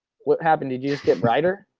what happened did you just get brighter?